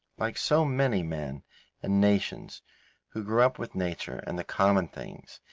like so many men and nations who grow up with nature and the common things,